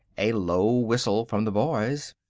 a low whistle from the boys.